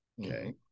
okay